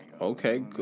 Okay